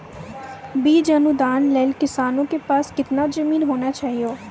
बीज अनुदान के लेल किसानों के पास केतना जमीन होना चहियों?